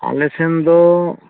ᱟᱞᱮ ᱥᱮᱱ ᱫᱚ